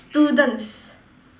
students